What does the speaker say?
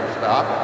stop